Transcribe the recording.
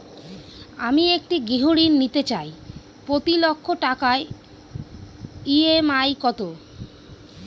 আমি একটি গৃহঋণ নিতে চাই প্রতি লক্ষ টাকার ই.এম.আই কত?